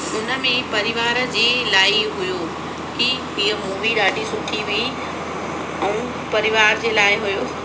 इनमें परिवार जे लाइ ई हुयो कि हीअं मूवी ॾाढी सुठी हुई ऐं परिवार जे लाइ हुयो